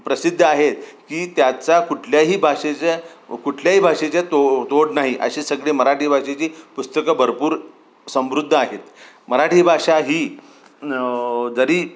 प्रसिद्ध आहेत की त्याचा कुठल्याही भाषेच्या कुठल्याही भाषेच्या तो तोड नाही अशे सगळे मराठी भाषेची पुस्तकं भरपूर समृद्ध आहेत मराठी भाषा ही जरी